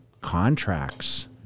contracts